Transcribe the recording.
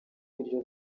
n’ibiryo